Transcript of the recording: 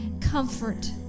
comfort